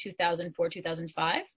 2004-2005